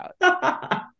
out